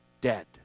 dead